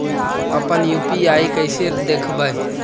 अपन यु.पी.आई कैसे देखबै?